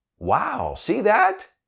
wow, see that?